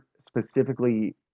specifically